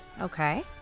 Okay